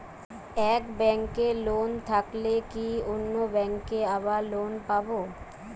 এক ব্যাঙ্কে লোন থাকলে কি অন্য ব্যাঙ্কে আবার লোন পাব?